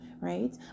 Right